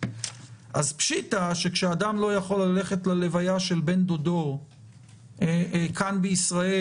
אז פשיטא שכאשר אדם לא יכול ללכת להלוויה של בן דודו כאן בישראל